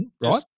Right